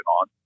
on